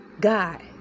God